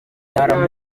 ndara